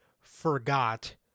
forgot